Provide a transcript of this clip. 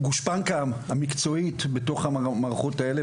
הגושפנקא המקצועית בתוך המערכות האלה.